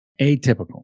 atypical